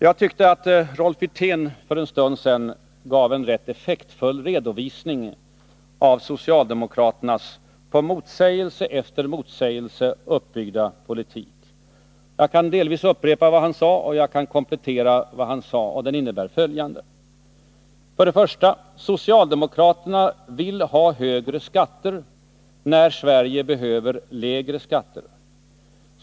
Jag tycker att Rolf Wirtén för en stund sedan gav en rätt effektfull redovisning av socialdemokraternas på motsägelse efter motsägelse uppbyggda politik. Jag kan delvis upprepa vad han sade, och jag kan komplettera det. Den socialdemokratiska politiken innebär följande: 1. Socialdemokraterna vill ha högre skatter, när Sverige behöver lägre skatter. 2.